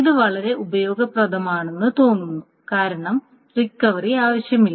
ഇത് വളരെ ഉപയോഗപ്രദമാണെന്ന് തോന്നുന്നു കാരണം റിക്കവറി ആവശ്യമില്ല